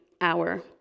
hour